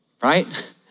right